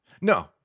No